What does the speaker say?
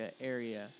area